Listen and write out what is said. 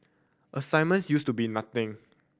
assignments used to be nothing